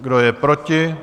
Kdo je proti?